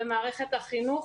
במערכת החינוך,